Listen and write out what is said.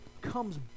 comes